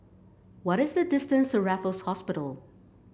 what is the distance to Raffles Hospital